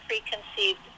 preconceived